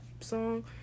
song